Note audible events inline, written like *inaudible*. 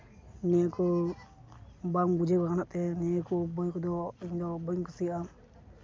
ᱱᱤᱭᱟᱹ ᱠᱚ ᱵᱟᱝ ᱵᱩᱡᱷᱟᱹᱣ ᱵᱟᱲᱟ ᱠᱟᱛᱮ ᱱᱤᱭᱟᱹ ᱠᱚ ᱵᱳᱭ ᱠᱚᱫᱚ *unintelligible* ᱫᱚ ᱵᱟᱹᱧ ᱠᱩᱥᱤᱭᱟᱜᱼᱟ